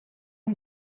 who